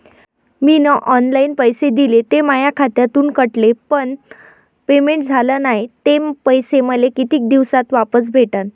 मीन online पैसे दिले, ते माया खात्यातून कटले, पण पेमेंट झाल नायं, ते पैसे मले कितीक दिवसात वापस भेटन?